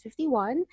51